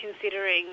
considering